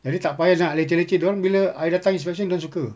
at least tak payah nak leceh leceh dia orang bila I datang inspection dia orang suka